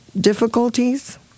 difficulties